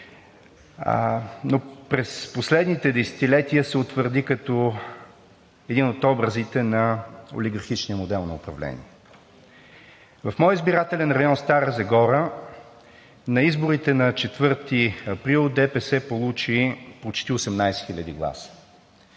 През последните десетилетия се утвърди като един от образите на олигархичния модел на управление. В моя избирателен район – Стара Загора, на изборите на 4 април ДПС получи почти 18 хиляди гласа.